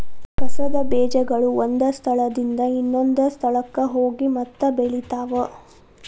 ಕಸದ ಬೇಜಗಳು ಒಂದ ಸ್ಥಳದಿಂದ ಇನ್ನೊಂದ ಸ್ಥಳಕ್ಕ ಹೋಗಿ ಮತ್ತ ಬೆಳಿತಾವ